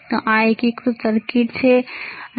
તો આ એકીકૃત સર્કિટ છે આ કેવી રીતે